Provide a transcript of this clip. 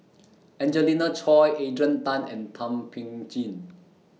Angelina Choy Adrian Tan and Thum Ping Tjin